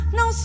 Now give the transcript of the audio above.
no